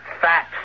fat